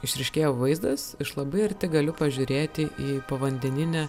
išryškėjo vaizdas iš labai arti galiu pažiūrėti į povandeninę